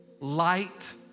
light